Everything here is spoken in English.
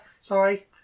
sorry